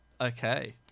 Okay